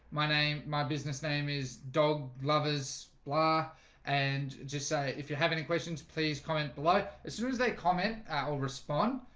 my name my business name is dog lovers blah and just say if you have any questions, please comment below as soon as they comment i will respond.